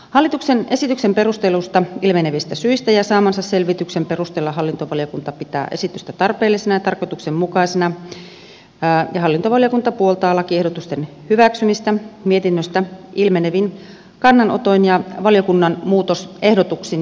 hallituksen esityksen perusteluista ilmenevistä syistä ja saamansa selvityksen perusteella hallintovaliokunta pitää esitystä tarpeellisena ja tarkoituksenmukaisena ja hallintovaliokunta puoltaa lakiehdotusten hyväksymistä mietinnöstä ilmenevin kannanotoin ja valiokunnan muutosehdotuksin